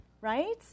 Right